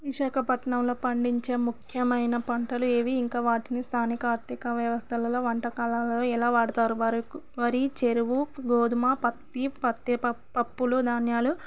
విశాఖపట్నంలో పండించే ముఖ్యమైన పంటలు ఏవి ఇంకా వాటిని స్థానిక ఆర్థిక వ్యవస్థలలో వంటకాలలో ఎలా వాడుతారు వరి చెరువు గోధుమ పత్తి పత్తి ప పప్పులు ధాన్యాలు